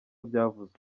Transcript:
byavuzwe